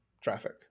traffic